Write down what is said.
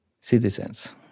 citizens